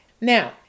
Now